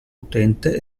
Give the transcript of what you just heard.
utente